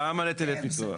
גם על היטלי פיתוח.